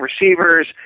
receivers